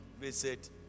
visit